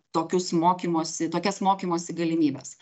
tokius mokymosi tokias mokymosi galimybes